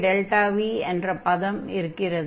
1δV என்ற பதம் இருக்கிறது